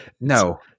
no